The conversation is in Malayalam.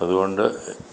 അതുകൊണ്ട്